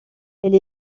elle